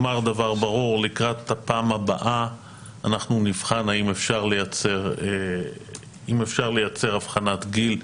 לקראת הפעם הבאה נבחן האם אפשר לייצר אבחנת גיל.